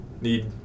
need